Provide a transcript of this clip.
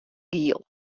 giel